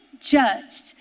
judged